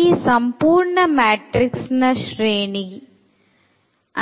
ಈ ಸಂಪೂರ್ಣ ಮ್ಯಾಟ್ರಿಕ್ಸ್ ನ ಶ್ರೇಣಿ